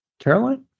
Caroline